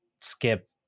skip